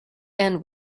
end